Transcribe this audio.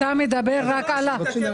אתה מדבר רק על